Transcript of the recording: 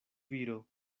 viro